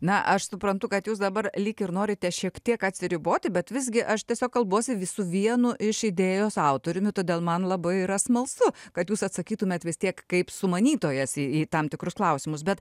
na aš suprantu kad jūs dabar lyg ir norite šiek tiek atsiriboti bet visgi aš tiesiog kalbuosi su vienu iš idėjos autoriumi todėl man labai yra smalsu kad jūs atsakytumėt vis tiek kaip sumanytojas į tam tikrus klausimus bet